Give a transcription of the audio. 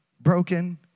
broken